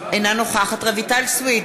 אינה נוכחת רויטל סויד,